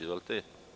Izvolite.